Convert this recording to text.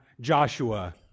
Joshua